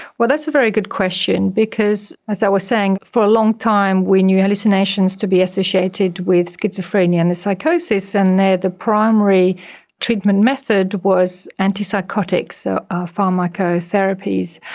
well, that's a very good question because, as i was saying, for a long time we knew hallucinations to be associated with schizophrenia and psychosis, and the primary treatment method was antipsychotics, so pharmacotherapies.